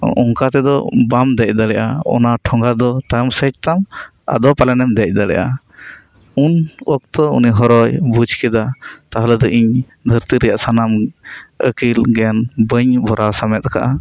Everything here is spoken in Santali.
ᱚᱝᱠᱟ ᱛᱮᱫᱚ ᱵᱟᱢ ᱫᱮᱡ ᱫᱟᱲᱮᱜᱼᱟ ᱚᱱᱟ ᱴᱷᱚᱸᱜᱟ ᱫᱚ ᱛᱚᱭᱚᱢ ᱥᱮᱫᱽ ᱛᱟᱢ ᱟᱫᱚ ᱯᱟᱞᱮᱱᱮᱢ ᱫᱮᱡ ᱫᱟᱲᱮᱭᱟᱜᱼᱟ ᱩᱱ ᱚᱠᱛᱚ ᱩᱱᱤ ᱦᱚᱨᱚᱭ ᱵᱩᱡᱽ ᱠᱮᱫᱟ ᱛᱟᱦᱞᱮ ᱛᱚ ᱤᱧ ᱫᱷᱟᱨᱛᱤ ᱨᱮᱭᱟᱜ ᱥᱟᱱᱟᱢ ᱟᱹᱠᱤᱞ ᱜᱮᱭᱟᱱ ᱵᱟᱹᱧ ᱵᱷᱚᱨᱟᱣ ᱥᱟᱢᱮᱛ ᱟᱠᱟᱫᱼᱟ